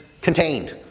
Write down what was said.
contained